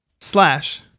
Slash